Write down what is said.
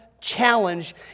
challenge